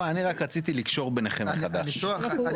שקידוח שהיום הוא